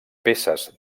peces